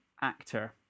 actor